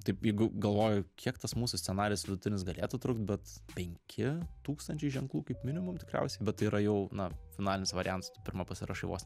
taip jeigu galvoju kiek tas mūsų scenarijus vidutinis galėtų trukt bet penki tūkstančiai ženklų kaip minimum tikriausiai bet tai yra jau na finalinis variantas tu pirma pasirašai vos